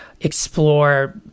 explore